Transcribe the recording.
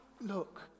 look